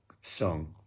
song